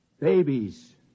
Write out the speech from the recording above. Babies